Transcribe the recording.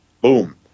boom